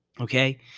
Okay